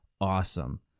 awesome